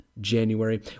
January